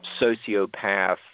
sociopath